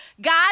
God